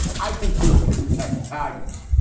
i think putin could protect the tigers.